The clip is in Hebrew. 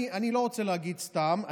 אני לא רוצה להגיד סתם,